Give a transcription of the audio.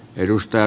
edustaja